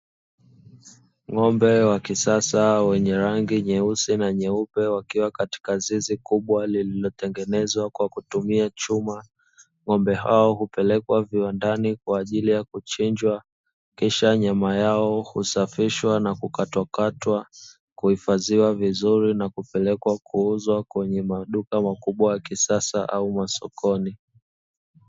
Ng'ombe wa kisasa wenye rangi nyeusi na nyeupe wakiwa katika zizi kubwa lililotengenezwa kwa kutumia chuma ng'ombe hao hupelekwa viwandani kwa ajili ya kuchinjwa, kisha nyama yao husafishwa na kukatwakatwa kuhifadhiwa vizuri na kupelekwa kuuzwa kwenye maduka makubwa ya kisasa au masokoni.